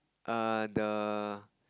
err the